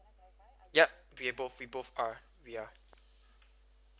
yup we are both we both are we are